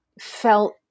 felt